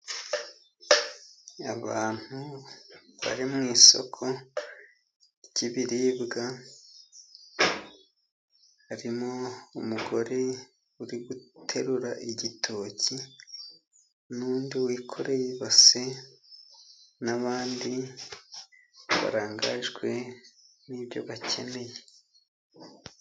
Abantu bari mu isoko ry'ibiribwa, harimo umugore uri guterura igitoki n'undi wikoreye ibase n'abandi barangajwe n'ibyo bakeneye.